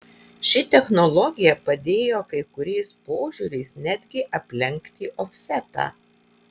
ši technologija padėjo kai kuriais požiūriais netgi aplenkti ofsetą